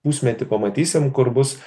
pusmetį pamatysim kur bus